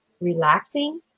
relaxing